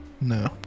No